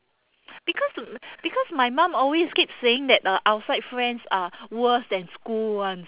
because because my mum always keep saying that uh outside friends are worse than school [one]s